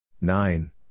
nine